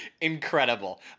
incredible